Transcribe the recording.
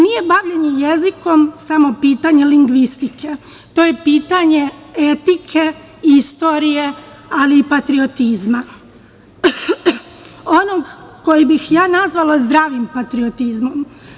Nije bavljenje jezikom samo pitanje lingvistike, to je pitanje etike, istorije, ali i patriotizma, onog kojeg bi ja nazvala zdravog patriotizma.